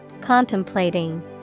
Contemplating